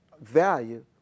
value